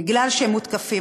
בגלל שהם מותקפים.